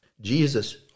Jesus